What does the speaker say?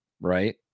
Right